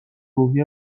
روحیه